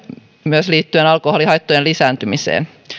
myös liittyen alkoholihaittojen lisääntymiseen